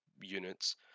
units